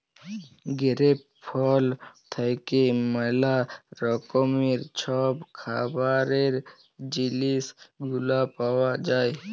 grape ফল থ্যাইকে ম্যালা রকমের ছব খাবারের জিলিস গুলা পাউয়া যায়